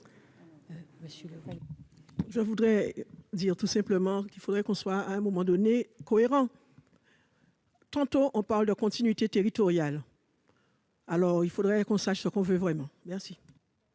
Je voudrais dire tout simplement qu'il faudrait qu'on soit à un moment donné cohérent. Tantôt, on parle de continuité territoriale. Alors, il faudrait qu'on sache ce qu'on veut vraiment merci.